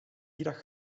middag